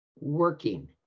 working